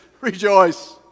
rejoice